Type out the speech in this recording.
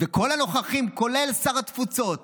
וכל הנוכחים, כולל שר התפוצות